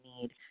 need